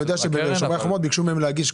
כי אני יודע שב"שומר החומות" ביקשו מהם להגיש,